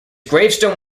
gravestone